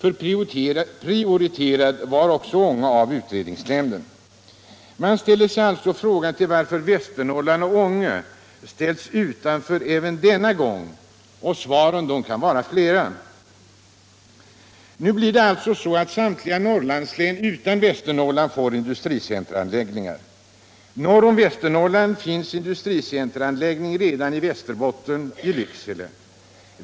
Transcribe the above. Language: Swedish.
Ånge hade också prioriterats av utredningsnämnden. Man ställer sig därför undrande varför Västernorrland, och särskilt då Ånge, ställts utan industricenteranläggningar även denna gång. Svaren kan givetvis vara flera. Nu blir det alltså på det sättet att samtliga Norrlandslän utom Västernorrland får industricenteranläggningar. Norr om Västernorrland finns redan en industricenteranläggning i Lycksele i Västerbotten.